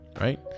right